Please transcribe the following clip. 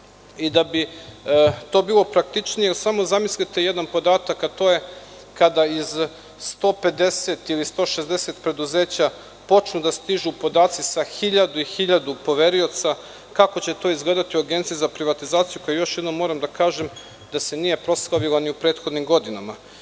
i da bi to bilo praktičnije. Samo zamislite jedan podatak, a to je kada iz 150 ili 160 preduzeća počnu da stižu podaci sa hiljadu i hiljadu poverioca, kako će to izgledati u Agenciji za privatizaciju koja se nije proslavila ni u prethodnim godinama. Moj